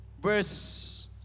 verse